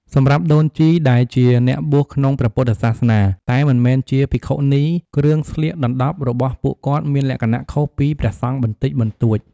សម្រាប់ដូនជីដែលជាអ្នកបួសក្នុងព្រះពុទ្ធសាសនាតែមិនមែនជាភិក្ខុនីគ្រឿងស្លៀកដណ្ដប់របស់ពួកគាត់មានលក្ខណៈខុសពី ព្រះសង្ឃបន្តិចបន្តួច។